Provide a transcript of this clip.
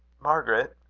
margaret,